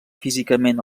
físicament